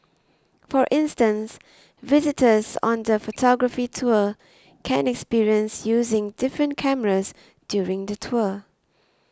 for instance visitors on the photography tour can experience using different cameras during the tour